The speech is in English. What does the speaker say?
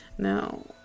Now